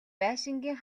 байшингийн